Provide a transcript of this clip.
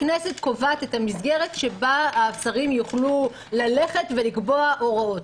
הכנסת קובעת את המסגרת שבה השרים יוכלו ללכת ולקבוע הוראות.